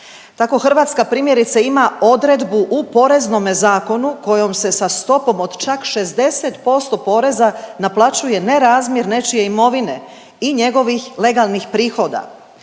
Hrvatska primjerice ima odredbu u Poreznome zakonu kojom se sa stopom od čak 60% poreza naplaćuje nerazmjer nečije imovine i njegovih legalnih prihoda.